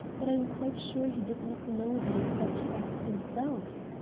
but i am quite sure he did not know the exact facts himself.